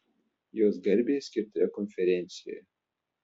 jos garbei skirtoje konferencijoje